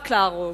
רק להרוג.